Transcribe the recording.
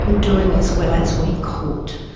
ah doing as well as we could.